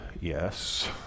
yes